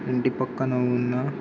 ఇంటి పక్కన ఉన్న